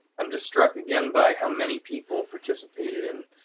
i'm just struck again by how many people participated in?